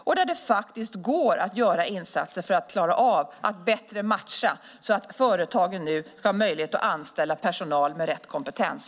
Det går faktiskt att göra insatser för att klara av att bättre matcha så att företagen får möjlighet att anställa personal med rätt kompetens.